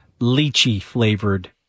lychee-flavored